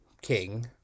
king